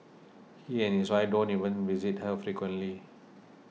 he and his wife don't even visit her frequently